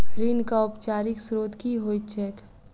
ऋणक औपचारिक स्त्रोत की होइत छैक?